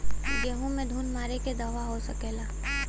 गेहूँ में घुन मारे के का दवा हो सकेला?